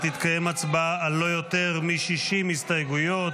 תתקיים הצבעה על לא יותר מ-60 הסתייגויות.